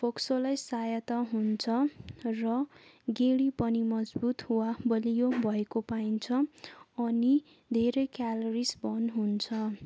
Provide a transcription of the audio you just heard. फोक्सोलाई सहायता हुन्छ र गेढी पनि मजबूत वा बलियो भएको पाइन्छ अनि धेरै क्यालोरिज बर्न हुन्छ